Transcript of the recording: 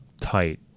tight